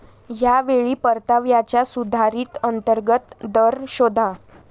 या वेळी परताव्याचा सुधारित अंतर्गत दर शोधा